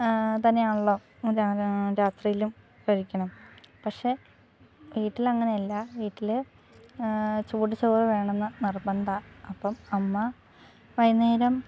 തന്നെയാണല്ലോ രാ രാത്രിയിലും കഴിക്കുന്നത് പക്ഷേ വീട്ടിൽ അങ്ങനെയല്ല വീട്ടിൽ ചൂട് ചോറ് വേണമെന്ന് നിർബന്ധാ അപ്പം അമ്മ വൈകുന്നേരം